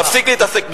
זמנך תם.